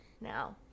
now